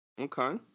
Okay